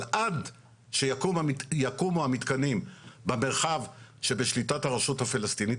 אבל עד שיקומו המתקנים במרחב שבשליטת הרשות הפלסטינית,